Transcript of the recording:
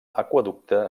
aqüeducte